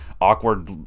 awkward